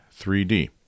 3d